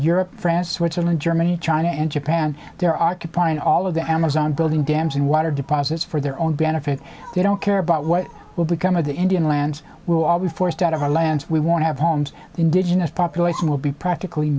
europe france switzerland germany china and japan there occupying all of the amazon building dams and water deposits for their own benefit they don't care about what will become of the indian land will always be forced out of our lands we want to have homes the indigenous population will be practically